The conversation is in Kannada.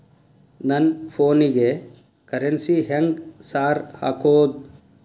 ನನ್ ಫೋನಿಗೆ ಕರೆನ್ಸಿ ಹೆಂಗ್ ಸಾರ್ ಹಾಕೋದ್?